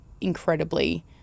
incredibly